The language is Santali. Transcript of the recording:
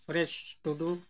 ᱯᱚᱨᱮᱥ ᱴᱩᱰᱩ